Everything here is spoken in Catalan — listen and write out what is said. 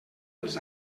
dels